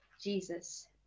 jesus